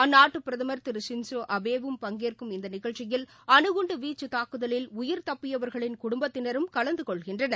அந்நாட்டுபிரதமர் பங்கேற்கும் இந்தநிகழ்ச்சியில் அனுகுண்டுவீச்சுதாக்குதலில் உயிர் தப்பியவர்களின் குடும்பத்தினரும் கலந்துகொள்கின்றனர்